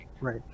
right